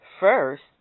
First